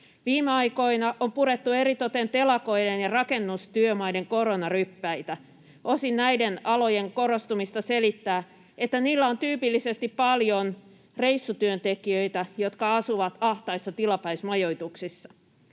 Viime aikoina on purettu eritoten telakoiden ja rakennustyömaiden koronaryppäitä. Osin näiden alojen korostumista selittää, että niillä on tyypillisesti paljon reissutyöntekijöitä, jotka asuvat ahtaissa tilapäismajoituksissa.